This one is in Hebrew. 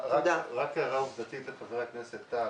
היושבת-הראש, רק הערה עובדתית לחבר הכנסת טל.